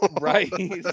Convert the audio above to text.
Right